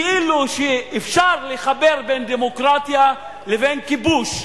כאילו שאפשר לחבר בין דמוקרטיה לבין כיבוש.